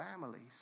families